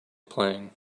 playing